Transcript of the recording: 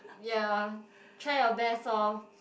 ya try your best orh